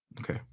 Okay